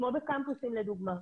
כמו בקמפוסים לדוגמה.